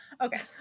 Okay